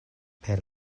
per